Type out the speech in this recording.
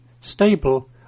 stable